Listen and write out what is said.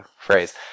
phrase